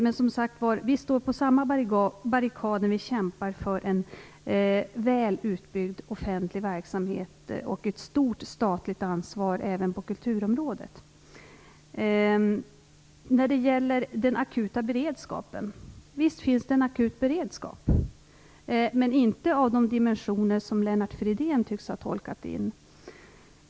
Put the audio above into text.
Men, som sagt, vi står på samma barrikad när vi kämpar för en väl utbyggd offentlig verksamhet och ett stort statligt ansvar även på kulturområdet. Visst finns det en akut beredskap, men inte av de dimensioner som Lennart Fridén tycks ha tolkat in.